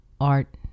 art